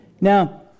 Now